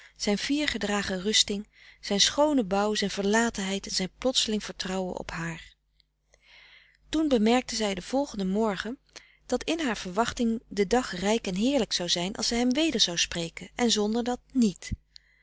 zijn fier gedragen rusting zijn schoonen bouw zijn verlatenheid en zijn plotseling vertrouwen op haar toen bemerkte zij den volgenden morgen dat in haar verwachting de dag rijk en heerlijk zou zijn als zij hem weder zou spreken en zonder dat niet